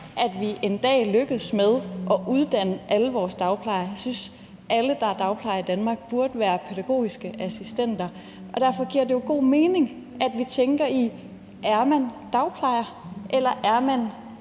at vi en dag lykkes med at uddanne alle vores dagplejere. Jeg synes, at alle, der er dagplejere i Danmark, burde være pædagogiske assistenter, og derfor giver det god mening, at man tænker i, om man er dagplejer eller man